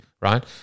right